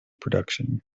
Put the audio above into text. production